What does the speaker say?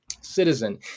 citizen